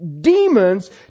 demons